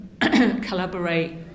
collaborate